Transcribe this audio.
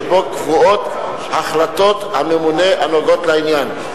שבו קבועות החלטות הממונה הנוגעות לעניין.